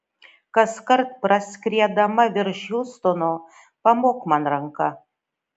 kaskart praskriedama virš hjustono pamok man ranka